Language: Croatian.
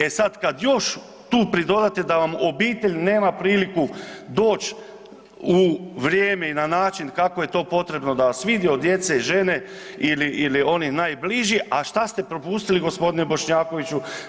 E sad kad još tu pridodate da vam obitelj nema priliku doći u vrijeme i na način kako je to potrebno da vas vidi, od djece, žene ili onih najbližih, a što ste propustili, g. Bošnjakoviću?